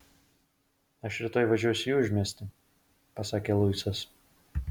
aš rytoj važiuosiu į užmiestį pasakė luisas